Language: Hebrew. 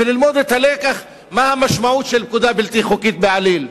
ללמוד את הלקח של המשמעות של פקודה בלתי חוקית בעליל.